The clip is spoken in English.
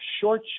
short